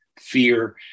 fear